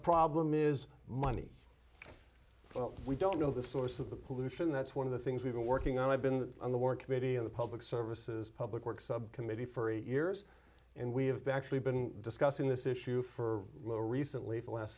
problem is money well we don't know the source of the pollution that's one of the things we've been working on i've been on the war committee of the public services public works subcommittee for eight years and we have actually been discussing this issue for a recently for the last